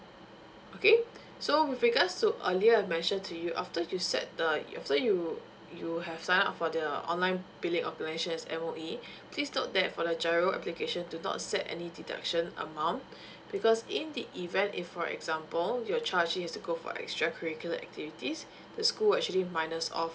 okay so with regards to earlier I've mentioned to you after you set the after you you have signed up for the online billing organisation as M_O_E please note that for the GIRO application do not set any deduction amount because in the event if for example your child actually has to go for extra curricular activities the school will actually minus off